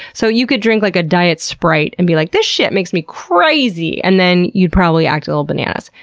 so you could drink like a diet sprite and be like, this shit makes me craaazy! and then you'd probably act a li'l bananas.